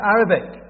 Arabic